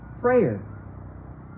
prayer